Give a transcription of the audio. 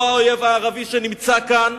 לא האויב הערבי שנמצא כאן,